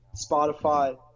Spotify